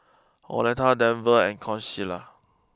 Oleta Denver and Consuela